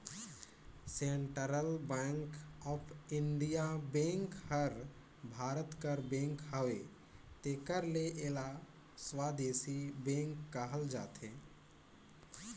central bank of India bank हर भारत कर bank हवे तेकर ले एला स्वदेसी बेंक कहल जाथे